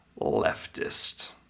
leftist